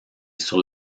sur